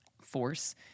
force